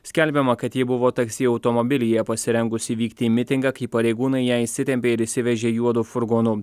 skelbiama kad ji buvo taksi automobilyje pasirengusi vykti į mitingą kai pareigūnai ją įsitempė ir išsivežė juodu furgonu